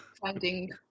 finding